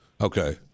Okay